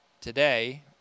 Today